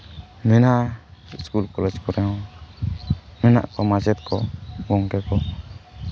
ᱢᱮᱱᱟᱜᱼᱟ school college ᱠᱚᱨᱮ ᱦᱚᱸ ᱢᱮᱱᱟᱜ ᱠᱚᱣᱟ ᱢᱟᱪᱮᱫ ᱠᱚ ᱜᱚᱢᱠᱮ ᱠᱚ